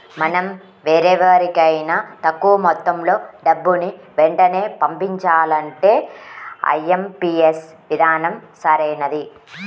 మనం వేరెవరికైనా తక్కువ మొత్తంలో డబ్బుని వెంటనే పంపించాలంటే ఐ.ఎం.పీ.యస్ విధానం సరైనది